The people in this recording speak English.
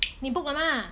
你 book 了吗